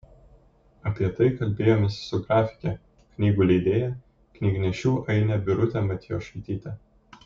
apie tai kalbėjomės su grafike knygų leidėja knygnešių aine birute matijošaityte